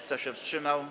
Kto się wstrzymał?